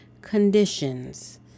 conditions